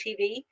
TV